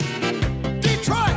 Detroit